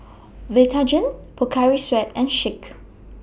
Vitagen Pocari Sweat and Schick